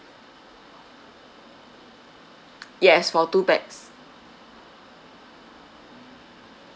yes for two pax